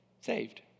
saved